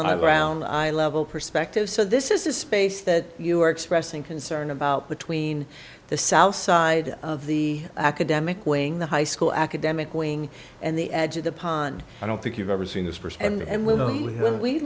on the ground eye level perspective so this is the space that you are expressing concern about between the south side of the academic wing the high school academic wing and the edge of the pond i don't think you've ever seen this firsthand and w